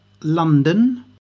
London